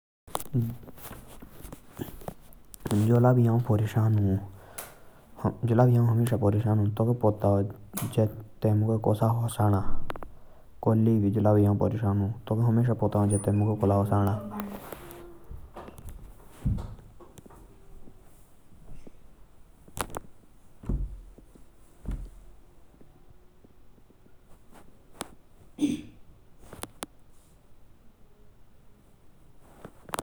जला भी हौ परेशान हौ। तांके हमेशा पता जाले के मुके कसा हसाना।